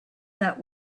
that